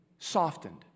softened